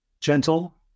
gentle